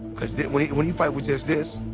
cause when he when he fight with just this,